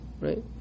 right